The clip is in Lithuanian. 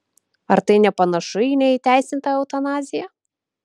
ar tai nepanašu į neįteisintą eutanaziją